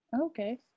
Okay